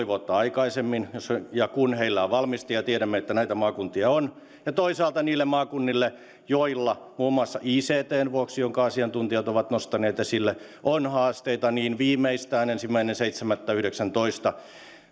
vuotta aikaisemmin jos ja kun heillä on valmista ja tiedämme että näitä maakuntia on ja toisaalta niille maakunnille joilla muun muassa ictn vuoksi jonka asiantuntijat ovat nostaneet esille on haasteita viimeistään ensimmäinen seitsemättä kaksituhattayhdeksäntoista